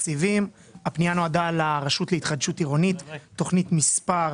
הפנייה נועדה לרשות להתחדשות עירונית, תכנית מספר